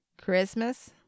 Christmas